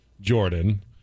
Jordan